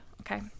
okay